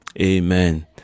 Amen